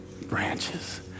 branches